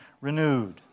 renewed